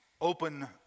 open